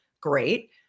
great